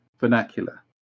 vernacular